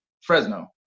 Fresno